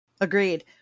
Agreed